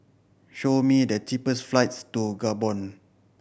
show me the cheapest flights to Gabon